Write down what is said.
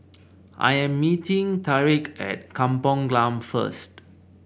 I'm meeting Tarik at Kampung Glam first